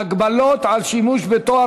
ארוז מראש ומכלי